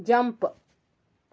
jump